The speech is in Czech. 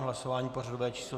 Hlasování pořadové číslo 358.